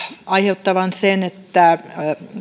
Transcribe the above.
aiheuttavan sen että